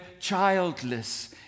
childless